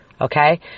okay